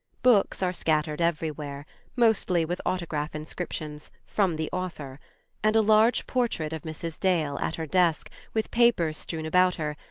books are scattered everywhere mostly with autograph inscriptions from the author and a large portrait of mrs. dale, at her desk, with papers strewn about her,